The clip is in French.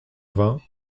vingt